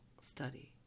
study